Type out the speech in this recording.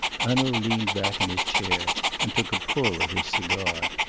hanaud leaned back in his chair and took a pull at his cigar.